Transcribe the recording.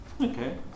Okay